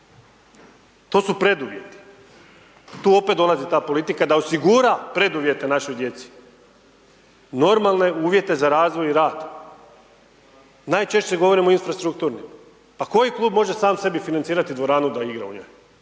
To su preduvjeti, tu opet dolazi ta politika da osigura preduvjete našoj djeci, normalne uvjete za razvoj i rad. Najčešće govorimo o infrastrukturnim. Pa koji klub može sam sebi financirati dvoranu da igra u njoj?